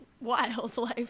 wildlife